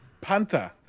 panther